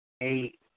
Eight